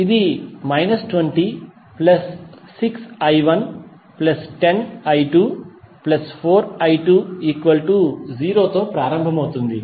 ఇది 206i110i24i20 తో ప్రారంభమవుతుంది